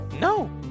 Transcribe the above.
no